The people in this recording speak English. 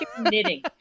knitting